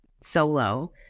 solo